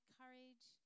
courage